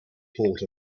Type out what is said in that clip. port